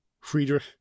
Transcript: Friedrich